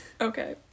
Okay